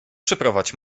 przyprowadź